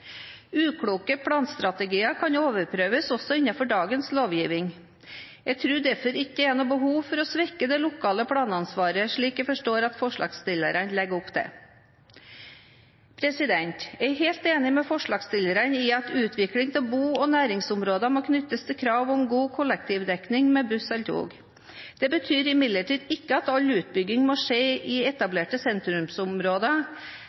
Ukloke planstrategier kan overprøves også innenfor dagens lovgivning. Jeg tror derfor ikke det er noe behov for å svekke det lokale planansvaret, slik jeg forstår at forslagstillerne legger opp til. Jeg er helt enig med forslagsstillerne i at utviklingen av bo- og næringsområder må knyttes til krav om god kollektivdekning med buss eller tog. Det betyr imidlertid ikke at all utbygging må skje i